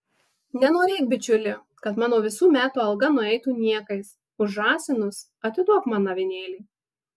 nenorėk bičiuli kad mano visų metų alga nueitų niekais už žąsinus atiduok man avinėlį